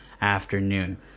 afternoon